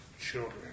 children